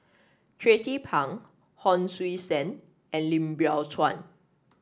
Tracie Pang Hon Sui Sen and Lim Biow Chuan